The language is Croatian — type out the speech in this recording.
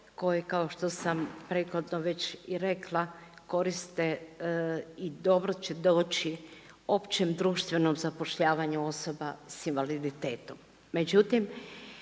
koje kao što sam prethodno već i rekla koriste i dobro će doći općem društvenom zapošljavanju osoba s invaliditetom.